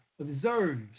observes